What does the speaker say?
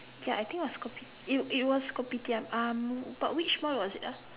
ya I think it was kopi it it was Kopitiam um but which mall was it ah